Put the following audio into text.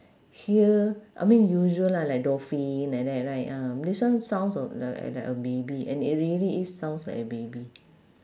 here I mean usual lah like dolphin like that right ah this one sound of a like a baby and it really is sounds like a baby